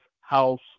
house